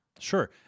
Sure